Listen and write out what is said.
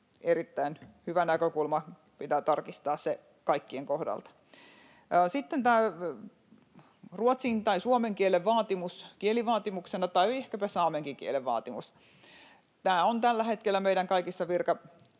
erittäin hyvä näkökulma. Pitää tarkistaa se kaikkien kohdalta. Sitten tämä ruotsin tai suomen kielen vaatimus kielivaatimuksena, ehkäpä saamenkin kielen vaatimus. Tämä on tällä hetkellä meidän kaikissa